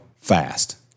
Fast